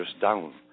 down